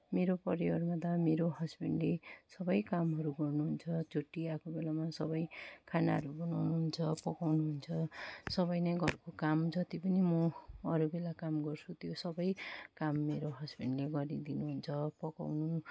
मेरो परिवारमा त मेरो हसबेन्डले सबै कामहरू गर्नुहुन्छ छुट्टी आएको बेलामा सबै खानाहरू बनाउनुहुन्छ पकाउनुहुन्छ सबै नै घरको काम जति पनि म अरू बेला काम गर्छु त्यो सबै काम मेरो हसबेन्डले गरिदिनु हुन्छ पकाउनु